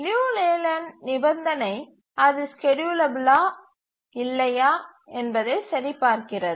லியு லேலேண்ட் நிபந்தனை அது ஸ்கேட்யூலபிலா இல்லையா என்பதை சரிபார்க்கிறது